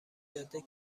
جاده